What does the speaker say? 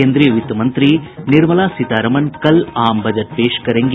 केन्द्रीय वित्तमंत्री निर्मला सीतारमन कल आम बजट पेश करेंगी